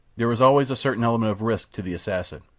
there is always a certain element of risk to the assassin,